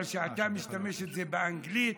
אבל כשאתה משתמש בזה באנגלית,